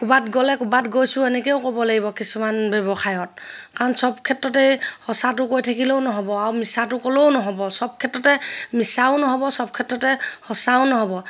ক'ৰবাত গ'লে ক'ৰবাত গৈছোঁ এনেকেও ক'ব লাগিব কিছুমান ব্যৱসায়ত কাৰণ চব ক্ষেত্ৰতেই সঁচাটো কৈ থাকিলেও নহ'ব আৰু মিছাটো ক'লেও নহ'ব চব ক্ষেত্ৰতে মিছাও নহ'ব চব ক্ষেত্ৰতে সঁচাও নহ'ব